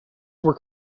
were